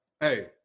hey